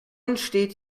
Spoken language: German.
entsteht